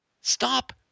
stop